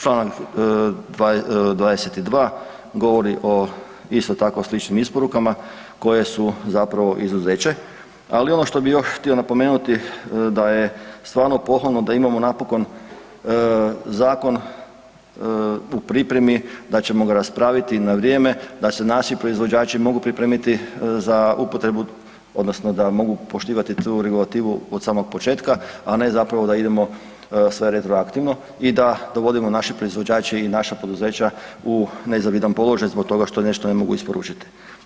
Članak 22. govori o isto tako sličnim isporukama koje su zapravo izuzeće, ali ono što bi još htio napomenuti da je stvarno pohvalno da imamo napokon zakon u pripremi, da ćemo ga raspraviti na vrijeme, da se naši proizvođači mogu pripremiti za upotrebu odnosno da mogu poštivati tu regulativu od samom početka, a ne zapravo da idemo sve retroaktivno i da dovodimo naše proizvođače i naša poduzeća u nezavidan položaj zbog toga što nešto ne mogu isporučiti.